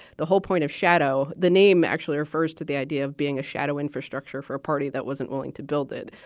the whole point of shadow, the name actually refers to the idea of being a shadow infrastructure for a party that wasn't willing to build it.